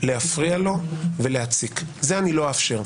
להפריע ולהציק זה אני לא אאפשר.